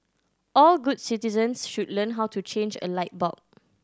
all good citizens should learn how to change a light bulb